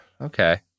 okay